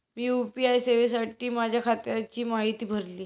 मी UPI सेवेसाठी माझ्या खात्याची माहिती भरली